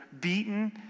beaten